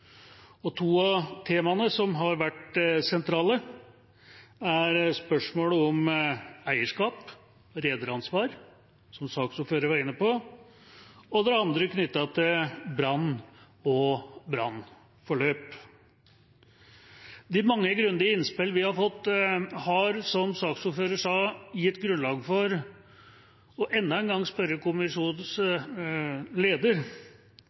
To av temaene som har vært sentrale, er spørsmålet om eierskap, rederansvar, som saksordføreren var inne på, og det andre er knyttet til brann og brannforløp. De mange grundige innspillene vi har fått, har – som saksordføreren sa – gitt grunnlag for enda en gang å spørre kommisjonens leder,